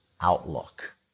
outlook